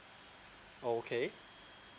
okay